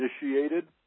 initiated